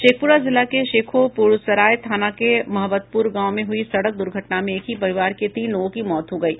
शेखपुरा जिला के शेखोपुरसराय थाना के महबतपुर गांव में हुई सड़क दुर्घटना में एक ही परिवार के तीन लोगों की मौत हो गयी